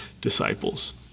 disciples